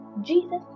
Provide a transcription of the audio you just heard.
jesus